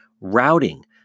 routing